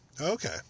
Okay